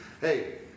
hey